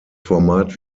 format